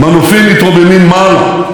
בקריות ובעפולה,